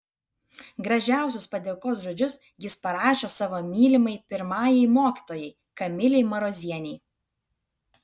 gražiausius padėkos žodžius jis parašė savo mylimai pirmajai mokytojai kamilei marozienei